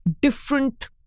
different